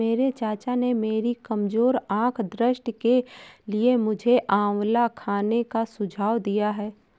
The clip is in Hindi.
मेरे चाचा ने मेरी कमजोर आंख दृष्टि के लिए मुझे आंवला खाने का सुझाव दिया है